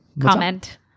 Comment